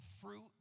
fruit